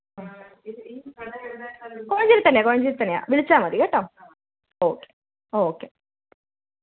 കോഴഞ്ചേരിയിൽ തന്നെയാ കോഴഞ്ചേരിയിൽ തന്നെയാ വിളിച്ചാൽ മതി കേട്ടോ ഓക്കെ ഓ ഓക്കെ